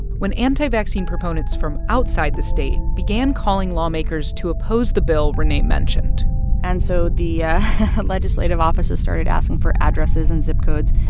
when anti-vaccine proponents from outside the state began calling lawmakers to oppose the bill renee mentioned and so the yeah legislative offices started asking for addresses and zip codes.